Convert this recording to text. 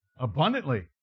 abundantly